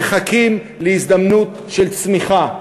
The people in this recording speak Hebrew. מחכים להזדמנות של צמיחה.